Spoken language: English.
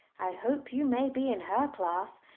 i hope you may be in her class.